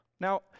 Now